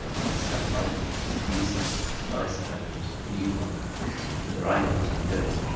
so it's kind of i believe that you think that i suppose that you wonder whether i know what i'm doing.